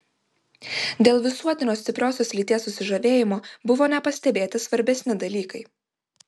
dėl visuotinio stipriosios lyties susižavėjimo buvo nepastebėti svarbesni dalykai